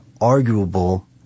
arguable